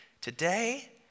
Today